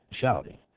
shouting